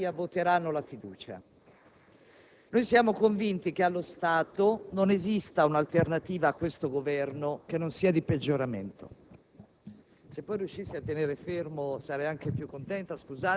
impegnati nella costruzione di una confederazione unitaria, voteranno la fiducia. Siamo convinti che, allo stato, non esista un'alternativa a questo Governo che non sia di peggioramento.